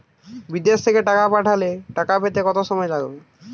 বিদেশ থেকে টাকা পাঠালে টাকা পেতে কদিন সময় লাগবে?